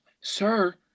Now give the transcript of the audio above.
Sir